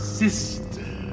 sister